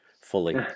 fully